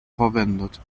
verwendet